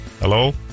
Hello